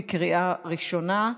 בקריאה ראשונה.